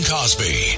Cosby